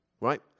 Right